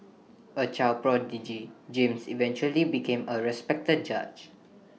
A child prodigy James eventually became A respected judge